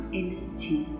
energy